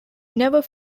never